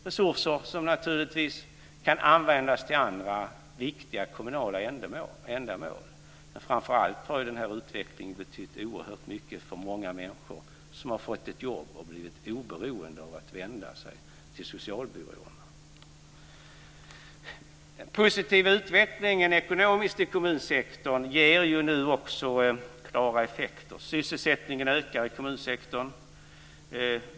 Det är resurser som kan användas till andra viktiga kommunala ändamål. Framför allt har den utvecklingen betytt oerhört mycket för många människor som har fått ett jobb och blivit oberoende av socialbyråerna. Den positiva ekonomiska utvecklingen i kommunsektorn ger nu också klara effekter. Sysselsättningen ökar i kommunsektorn.